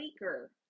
weaker